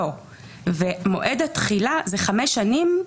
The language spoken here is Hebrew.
ומועד התחילה זה חמש שנים,